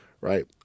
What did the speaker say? right